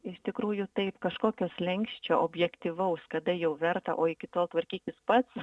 iš tikrųjų taip kažkokio slenksčio objektyvaus kada jau verta o iki tol tvarkykis pats